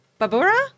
Babura